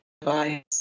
device